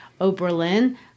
Oberlin